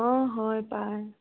অঁ হয় পায়